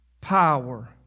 power